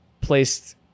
placed